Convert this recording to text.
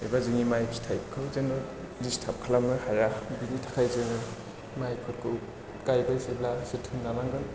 एबा जोंनि माइ फिथाइखौ जोङो दिस्थार्ब खालामनो हाया बेनि थाखाय जोङो माइफोरखौ गायबाय जेब्ला जोथोन लानांगोन